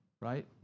right